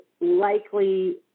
likely